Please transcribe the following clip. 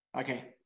Okay